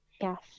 Yes